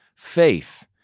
faith